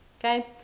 okay